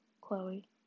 Chloe